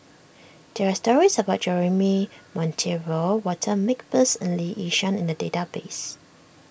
there are stories about Jeremy Monteiro Walter Makepeace and Lee Yi Shyan in the database